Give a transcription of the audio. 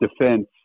defense